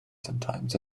sometimes